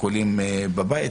עיקולים בבית,